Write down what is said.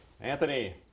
Anthony